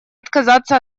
отказаться